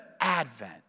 Advent